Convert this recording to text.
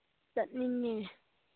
ꯆꯠꯅꯤꯡꯉꯦ